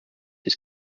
his